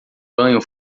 banho